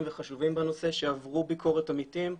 וחשובים בנושא שעברו ביקורת עמיתים,